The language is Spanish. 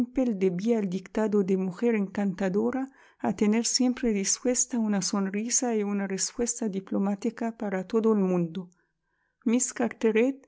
debía el dictado de mujer encantadora a tener siempre dispuesta una sonrisa y una respuesta diplomática para todo el mundo